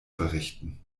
verrichten